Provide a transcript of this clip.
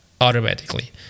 automatically